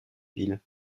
villes